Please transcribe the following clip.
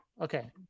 Okay